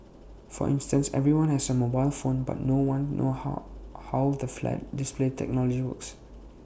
for instance everyone has A mobile phone but no one know how the flat display technology works